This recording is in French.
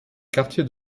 quartiers